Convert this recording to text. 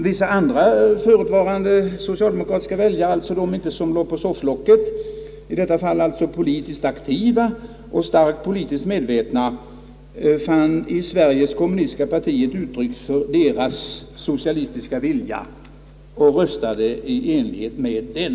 Vissa andra förutvarande socialdemokratiska väljare — alltså de som inte låg på sofflocket utan de politiskt aktiva och starkt politiskt medvetna fann i Sveriges kommunistiska parti ett uttryck för sin socialistiska vilja och röstade i enlighet med den.